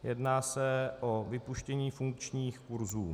Jedná se o vypuštění funkčních kurzů.